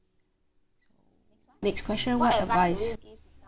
next question what advice